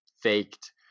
faked